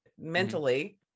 mentally